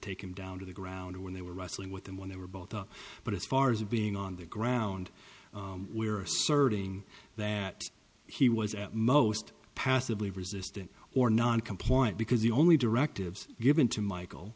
ake him down to the ground when they were wrestling with them when they were both up but as far as being on the ground we are serving that he was at most passively resisting or non compliant because the only directives given to michael